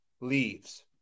leaves